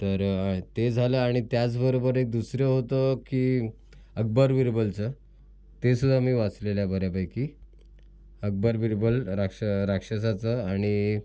तर ते झालं आणि त्याचबरोबर एक दुसरं होतं की अकबर बिरबलचं ते सुद्धा मी वाचलेलं आहे बऱ्यापैकी अकबर बिरबल राक्ष राक्षसाचं आणि